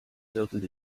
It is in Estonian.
seotud